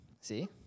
See